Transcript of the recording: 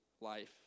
life